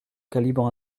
caliban